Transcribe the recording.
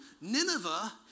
Nineveh